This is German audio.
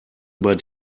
über